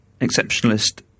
exceptionalist